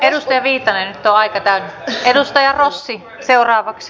edustaja viitanen nyt on aika täynnä